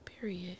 period